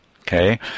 okay